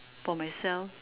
for myself